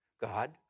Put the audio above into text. God